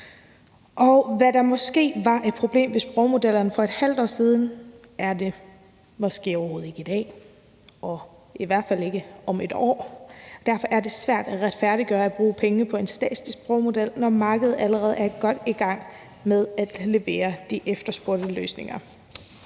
Og hvad der måske var et problem i forbindelse med sprogmodellerne for et halvt år siden, er det måske overhovedet ikke i dag og i hvert fald ikke om et år. Derfor er det svært at retfærdiggøre at bruge penge på en statslig sprogmodel, altså når markedet allerede er godt i gang med at levere de efterspurgte løsninger.